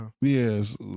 Yes